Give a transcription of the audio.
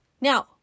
Now